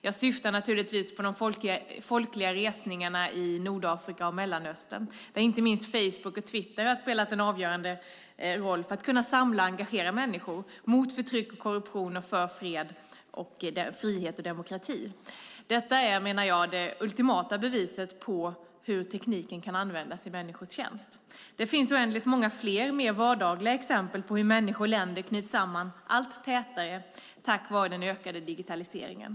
Jag syftar naturligtvis på de folkliga resningarna i Nordafrika och Mellanöstern där inte minst Facebook och Twitter spelat en avgörande roll för att kunna samla och engagera människor mot förtryck och korruption och för fred, frihet och demokrati. Detta är, menar jag, det ultimata beviset på hur tekniken kan användas i människors tjänst. Det finns oändligt många fler, mer vardagliga, exempel på hur människor och länder knyts samman allt tätare tack vare den ökade digitaliseringen.